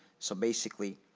so basically,